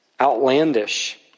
outlandish